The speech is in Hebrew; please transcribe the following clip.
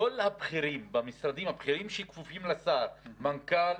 כל הבכירים במשרדים הבכירים שכפופים לשר מנכ"ל,